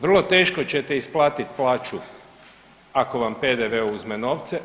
Vrlo teško ćete isplatiti plaću ako vam PDV-e uzme novce.